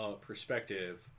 perspective